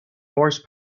horse